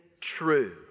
true